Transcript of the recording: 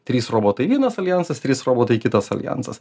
trys robotai vienas aljansas trys robotai kitas aljansas